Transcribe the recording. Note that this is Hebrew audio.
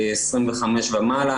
25 ומעלה,